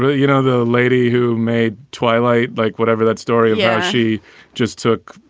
ah you know, the lady who made twilight, like, whatever that story yeah she just took.